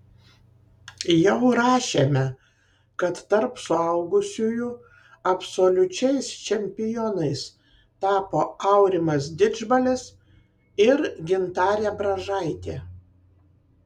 jau rašėme kad tarp suaugusiųjų absoliučiais čempionais tapo aurimas didžbalis ir gintarė bražaitė